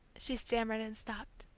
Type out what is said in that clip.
she stammered and stopped.